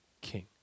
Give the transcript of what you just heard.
king